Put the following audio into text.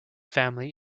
family